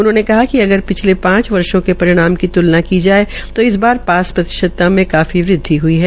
उन्होंने बताया कि अगर पिछले पांच वर्षो के परिणाम की त्लना की जाये जो इस बार पास प्रतिशत मे काफी वृद्वि हुई है